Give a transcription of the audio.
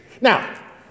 Now